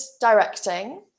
directing